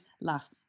laugh